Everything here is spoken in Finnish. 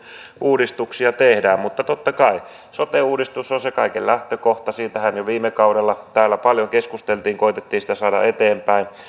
uudistuksia tehdään mutta totta kai sote uudistus on se kaiken lähtökohta siitähän jo viime kaudella täällä paljon keskusteltiin koetettiin sitä saada eteenpäin